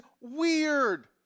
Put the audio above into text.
weird